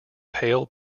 pale